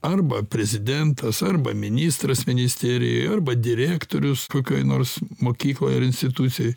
arba prezidentas arba ministras ministerijoj arba direktorius kokioj nors mokykloj ir institucijoj